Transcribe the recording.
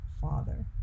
Father